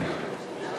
דקות